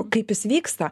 kaip jis vyksta